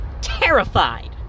terrified